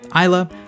Isla